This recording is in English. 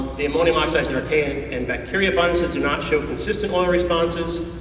the ammonium oxidizing archaea and bacteria abundances do not show consistent oil responses.